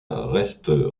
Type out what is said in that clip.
reste